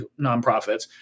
nonprofits